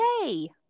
yay